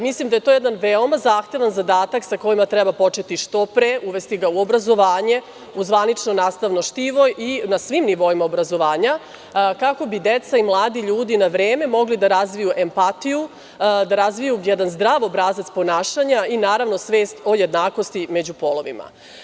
Mislim da je to jedan veoma zahtevan zadatak sa kojim treba početi što pre, uvesti ga u obrazovanje, u zvanično nastavno štivo i na svim nivoima obrazovanja, kako bi deca i mladi ljudi na vreme mogli da razviju empatiju, da razviju jedan zdrav obrazac ponaša i naravno svest o jednakosti među polovima.